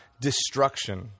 destruction